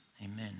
Amen